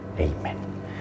Amen